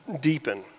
deepen